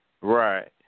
Right